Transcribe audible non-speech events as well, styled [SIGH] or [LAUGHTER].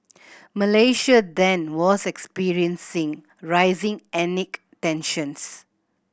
Malaysia then was experiencing rising [UNINTELLIGIBLE] tensions